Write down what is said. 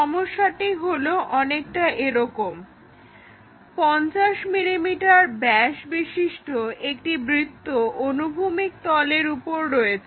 সমস্যাটা হলো অনেকটা এরকম 50 mm ব্যাসবিশিষ্ট একটি বৃত্ত অনুভূমিক তলের উপর রয়েছে